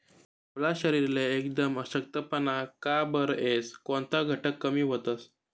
आपला शरीरले एकदम अशक्तपणा का बरं येस? कोनता घटक कमी व्हतंस?